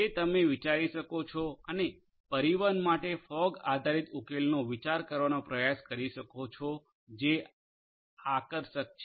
તે તમે તે વિચાર કરી શકો છો અને પરિવહન માટે ફોગ આધારિત ઉકેલનો વિચાર કરવાનો પ્રયાસ કરી શકો છો જે આકર્ષક છે